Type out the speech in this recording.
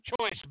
choice